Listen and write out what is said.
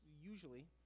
usually